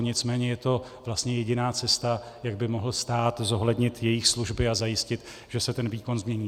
Nicméně je to vlastně jediná cesta, jak by mohl stát zohlednit jejich služby a zajistit, že se ten výkon změní.